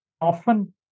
Often